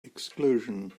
exclusion